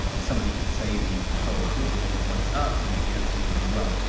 somebody could say the crow equivalent of what's up? and the answer would be well,